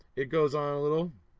it goes on a little.